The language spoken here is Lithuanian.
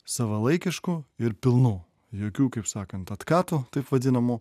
savalaikišku ir pilnu jokių kaip sakant atkatų taip vadinamų